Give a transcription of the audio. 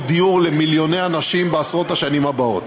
דיור למיליוני אנשים בעשרות השנים הבאות.